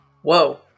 Whoa